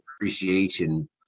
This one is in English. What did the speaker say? appreciation